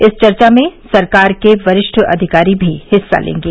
इस चर्चा में सरकार के वरिष्ठ अधिकारी भी हिस्सा लेंगे